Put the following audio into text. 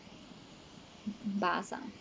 bus ah